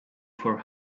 for